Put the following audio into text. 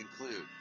include